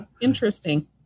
Interesting